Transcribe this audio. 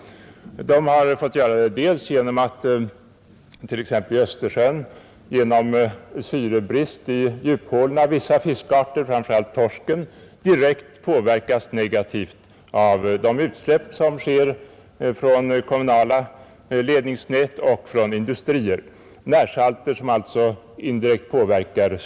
I Östersjön har sålunda vissa fiskarter, t.ex. torsken, genom syrebrist i djupvattenhålorna påverkats negativt av de utsläpp som görs från kommunala ledningsnät och industrier — närsalter som alltså förorsakar syrebrist.